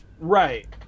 Right